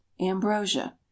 ambrosia